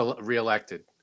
reelected